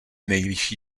nejvyšší